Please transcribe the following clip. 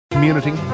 community